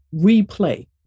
replay